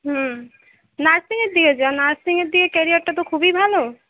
হুম nursing এর দিকে যা নার্সিং এর দিকে কেরিয়ারটা তো খুবই ভালো